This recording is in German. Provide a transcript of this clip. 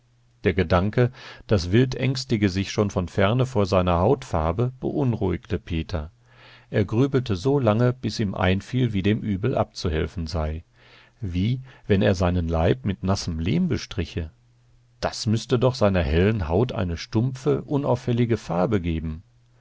der gedanke das wild ängstige sich schon von ferne vor seiner hautfarbe beunruhigte peter er grübelte so lange bis ihm einfiel wie dem übel abzuhelfen sei wie wenn er seinen leib mit nassem lehm bestriche das müßte doch seiner hellen haut eine stumpfe unauffällige farbe geben